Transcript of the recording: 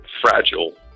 fragile